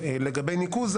לגבי ניקוז,